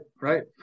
right